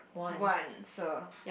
one so